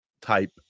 type